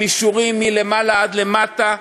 עם אישורים מלמעלה עד למטה.